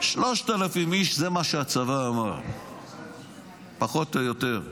3,000 איש, זה מה שהצבא אמר פחות או יותר.